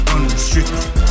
Unrestricted